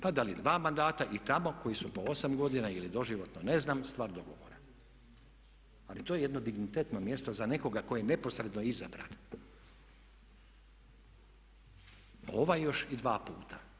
Pa dati dva mandata i tamo koji su po osam godina ili doživotno ne znam, stvar dogovora ali to je dignitetno mjesto za nekoga tko je neposredno izabran ovaj još i dva puta.